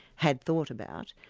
had thought about,